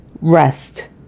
rest